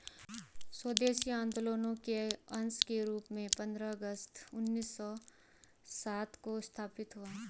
स्वदेशी आंदोलन के अंश के रूप में पंद्रह अगस्त उन्नीस सौ सात को स्थापित हुआ